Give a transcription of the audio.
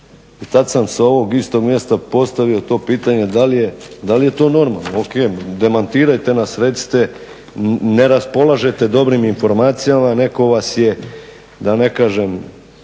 I tad sam sa ovog istog mjesta postavio to pitanje da li je to normalno. O.k. Demantirajte nas, recite ne raspolažete dobrim informacijama, netko vas je da ne kažem